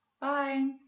Bye